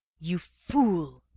you fool!